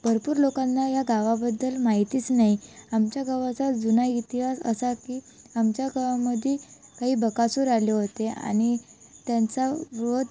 भरपूर लोकांना या गावाबद्दल माहितीच नाही आमच्या गावाचा जुना इतिहास असा की आमच्या गावामध्ये काही बकासूर आले होते आणि त्यांचा वध